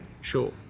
Sure